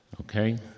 okay